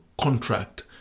contract